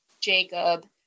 Jacob